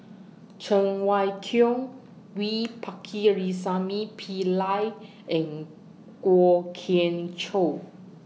Cheng Wai Keung V Pakirisamy Pillai and Kwok Kian Chow